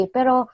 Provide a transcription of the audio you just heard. Pero